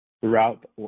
throughout